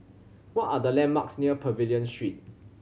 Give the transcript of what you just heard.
what are the landmarks near Pavilion Street